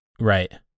Right